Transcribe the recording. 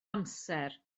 amser